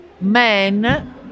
man